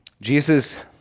Jesus